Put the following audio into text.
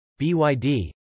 BYD